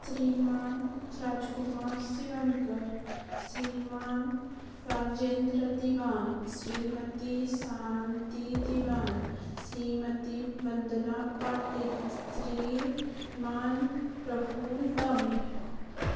Shriman Rajkumar Shrivankar Shriman Rajendra Diwan Shrimati Shanti Diwan Shrimati Vandana Patil Shriman Praful Dond